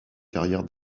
carrière